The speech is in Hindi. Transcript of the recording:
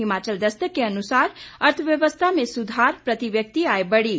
हिमाचल दस्तक के अनुसार अर्थव्यवस्था में सुधार प्रति व्यक्ति आय बढ़ी